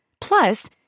Plus